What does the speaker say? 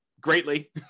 greatly